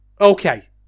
Okay